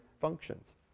functions